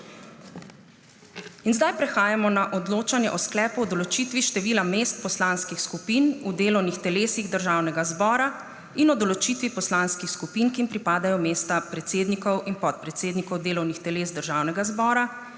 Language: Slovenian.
Zdaj prehajamo na odločanje o sklepu o določitvi števila mest poslanskih skupin v delovnih telesih Državnega zbora in o določitvi poslanskih skupin, ki jim pripadajo mesta predsednikov in podpredsednikov delovnih teles Državnega zbora,